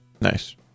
nice